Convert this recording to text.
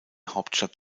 hauptstadt